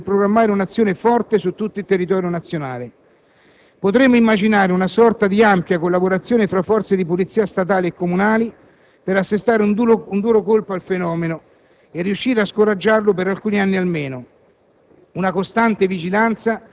il Governo avrà uno stimolo in più per programmare un'azione forte su tutto il territorio nazionale. Potremmo immaginare una sorta di ampia collaborazione di polizia statale e comunale per assestare un duro colpo al fenomeno e riuscire a scoraggiarlo per alcuni anni almeno.